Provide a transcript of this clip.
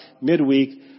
midweek